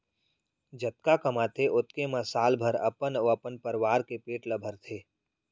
जतका कमाथे ओतके म साल भर अपन अउ अपन परवार के पेट ल भरथे